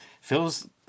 Feels